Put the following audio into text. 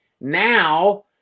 Now